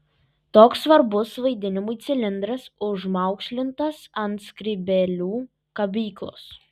toks svarbus vaidinimui cilindras užmaukšlintas ant skrybėlių kabyklos